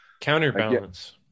counterbalance